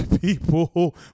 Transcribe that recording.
people